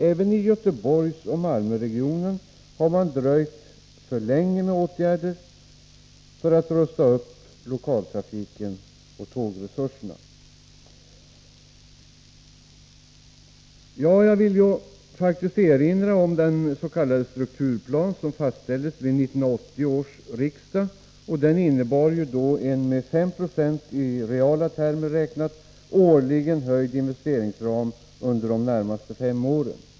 Även i Göteborgsoch Malmöregionen har man dröjt för länge med åtgärder för att rusta upp lokaltrafiken och tågresurserna. Jag vill nu faktiskt erinra om att den s.k. strukturplan som fastställdes vid 1980 års riksdag innebar en med 5 9 i reala termer räknat årligen höjd investeringsram under de närmaste fem åren.